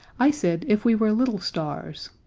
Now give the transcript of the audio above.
i said if we were little stars.